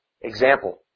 example